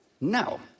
no